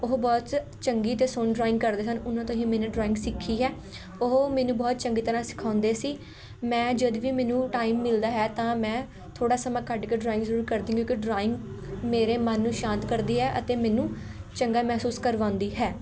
ਉਹ ਬਹੁਤ ਚੰਗੀ ਅਤੇ ਸੋਹਣੀ ਡਰੋਇੰਗ ਕਰਦੇ ਸਨ ਉਨ੍ਹਾਂ ਤੋਂ ਹੀ ਮੇਨੇ ਡਰੋਇੰਗ ਸਿੱਖੀ ਹੈ ਉਹ ਮੈਨੂੰ ਬਹੁਤ ਚੰਗੀ ਤਰ੍ਹਾਂ ਸਿਖਾਉਂਦੇ ਸੀ ਮੈਂ ਜਦ ਵੀ ਮੈਨੂੰ ਟਾਈਮ ਮਿਲਦਾ ਹੈ ਤਾਂ ਮੈਂ ਥੋੜ੍ਹਾ ਸਮਾਂ ਕੱਢ ਕੇ ਡਰੋਇੰਗ ਜ਼ਰੂਰ ਕਰਦੀ ਕਿਉਂਕਿ ਡਰੋਇੰਗ ਮੇਰੇ ਮਨ ਨੂੰ ਸ਼ਾਂਤ ਕਰਦੀ ਹੈ ਅਤੇ ਮੈਨੂੰ ਚੰਗਾ ਮਹਿਸੂਸ ਕਰਵਾਉਂਦੀ ਹੈ